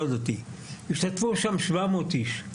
שהשתתפו בו כ-700 איש.